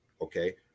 okay